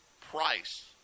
price